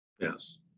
Yes